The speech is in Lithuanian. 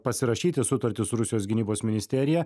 pasirašyti sutartį su rusijos gynybos ministerija